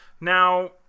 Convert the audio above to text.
Now